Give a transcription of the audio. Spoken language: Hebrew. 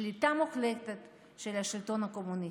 שליטה מוחלטת של השלטון הקומוניסטי.